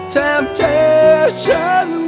temptation